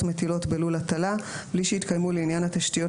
מטילות בלול הטלה בלי שהתקיימו לעניין התשתיות